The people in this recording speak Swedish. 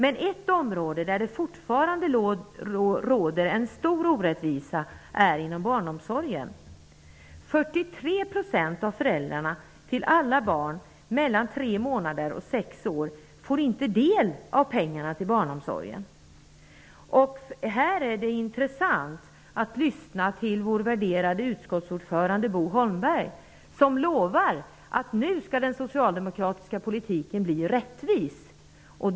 Men ett område där det fortfarande råder en stor orättvisa är inom barnomsorgen. 43 % av föräldrarna till alla barn mellan 3 månader och 6 år får inte del av pengarna till barnomsorgen. Här är det intressant att lyssna till vår värderade utskottsordförande Bo Holmberg, som lovar att den socialdemokratiska politiken nu skall bli rättvis.